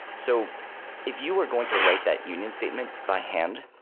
so if you were going to write that union statement by hand,